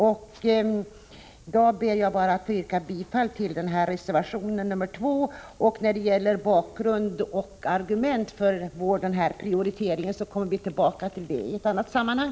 I dag ber jag bara att få yrka bifall till reservation 2. När det gäller bakgrund och argument för vår prioritering kommer vi tillbaka i ett annat sammanhang.